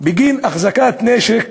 בגין החזקת נשק,